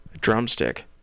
drumstick